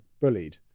bullied